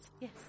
yes